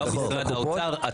לא משרד האוצר,